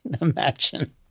Imagine